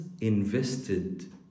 invested